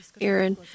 Aaron